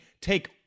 take